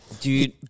Dude